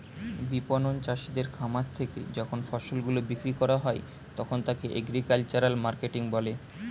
বিপণন চাষীদের খামার থেকে যখন ফসল গুলো বিক্রি করা হয় তখন তাকে এগ্রিকালচারাল মার্কেটিং বলে